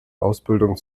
ausbildung